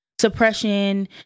suppression